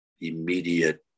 immediate